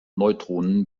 neutronen